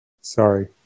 Sorry